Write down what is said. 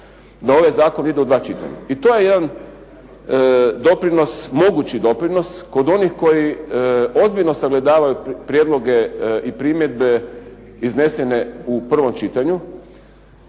da ovaj zakon ide u 2 čitanja i to je jedan doprinos, mogući doprinos kod onih koji ozbiljno sagledavaju prijedloge i primjedbe iznesene u prvom čitanju